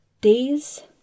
Days